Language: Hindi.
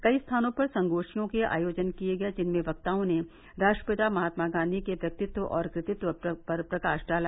कई स्थानों पर संगोष्ठियों के आयोजन किये गये जिनमें वक्ताओं ने राष्ट्रपिता महात्मा गांधी के व्यक्तित्व और कृतित्व पर प्रकाश डाला